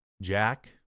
Jack